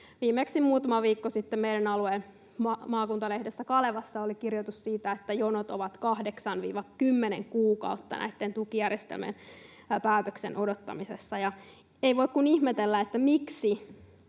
Viimeksi muutama viikko sitten meidän alueemme maakuntalehdessä Kalevassa oli kirjoitus siitä, että jonot näiden tukijärjestelmien päätöksen odottamisessa ovat 8—10 kuukautta. Ei voi kuin ihmetellä, miksi